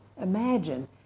imagine